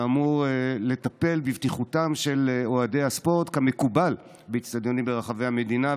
שאמור לטפל בבטיחותם של אוהדי הספורט כמקובל באצטדיונים ברחבי המדינה.